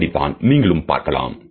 அப்படிதான் நீங்களும் பார்க்கலாம்